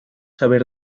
haber